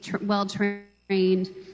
well-trained